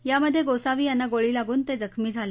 यामध्ये गोसावी यांना गोळी लागून ते जखमी झाले